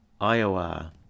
Iowa